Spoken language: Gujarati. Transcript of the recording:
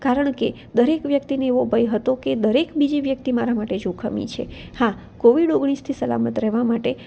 કારણ કે દરેક વ્યક્તિને એવો ભય હતો કે દરેક બીજી વ્યક્તિ મારા માટે જોખમી છે હા કોવિડ ઓગણીસથી સલામત રહેવા માટે